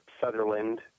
Sutherland